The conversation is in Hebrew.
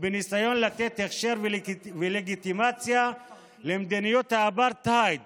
ובניסיון לתת הכשר ולגיטימציה למדיניות האפרטהייד